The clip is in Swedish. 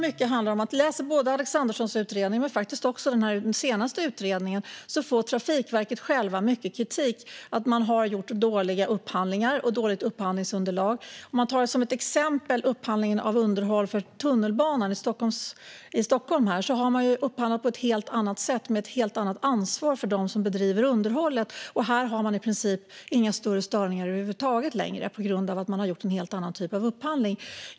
I Alexanderssons utredning men faktiskt också den senaste utredningen får Trafikverket själva mycket kritik för att ha gjort dåliga upphandlingar och haft dåligt upphandlingsunderlag. Man tar som exempel upphandlingen av underhåll av tunnelbanan i Stockholm. Denna har gjorts på ett helt annat sätt, med ett helt annat ansvar för dem som bedriver underhållet. Det sker i princip inga större störningar över huvud taget längre, eftersom det har gjorts en helt annan typ av upphandling.